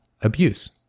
abuse